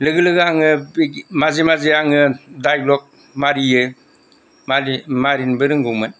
लोगो लोगो आङो माजे माजे आङो डाइल'ग मारियो मारिनोबो रोंगौमोन